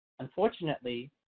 Unfortunately